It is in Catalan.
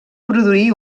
produir